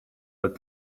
but